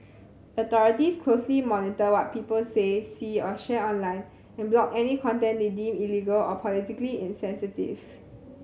authorities closely monitor what people say see or share online and block any content they deem illegal or politically sensitive